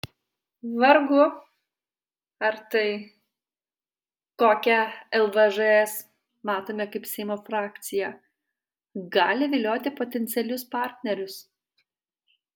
vargu ar tai kokią lvžs matome kaip seimo frakciją gali vilioti potencialius partnerius